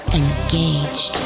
engaged